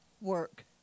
work